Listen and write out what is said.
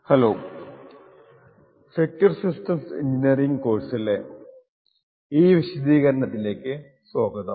hello secure systems engineering കോഴ്സിലെ ഈ വിശദീകരണത്തിലേക്ക് സ്വാഗതം